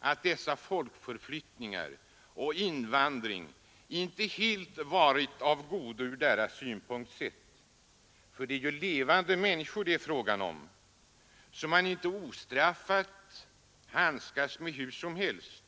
att dessa folkförflyttningar och denna invandring inte helt varit av godo ur dess synpunkt sett. För det är levande människor det är fråga om, som man inte ostraffat handskas med hur som helst.